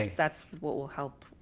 that's what will help.